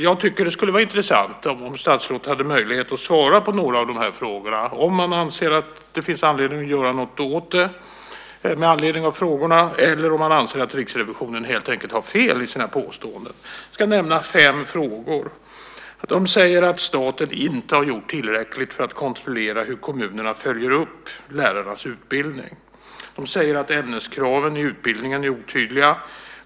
Jag tycker att det skulle vara intressant om statsrådet hade möjlighet att svara på några frågor, om man anser att det finns anledning att göra någonting med anledning av frågorna, eller om man anser att Riksrevisionen helt enkelt har fel i sina påståenden. Jag ska nämna fem frågor. Riksrevisionen säger att staten inte har gjort tillräckligt för att kontrollera hur kommunerna följer upp lärarnas utbildning. Man säger att ämneskraven i utbildningen är otydliga.